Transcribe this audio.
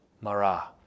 Mara